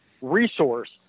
resource